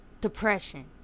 depression